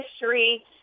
history